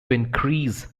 increase